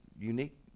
unique